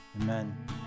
amen